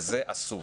וזה אסור.